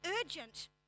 urgent